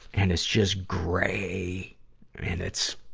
and it's just gray and it's,